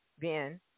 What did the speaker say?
Ben